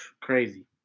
Crazy